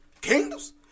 kingdoms